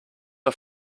are